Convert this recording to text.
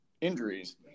injuries